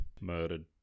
murdered